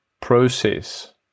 process